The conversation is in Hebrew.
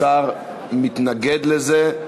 השר מתנגד לזה,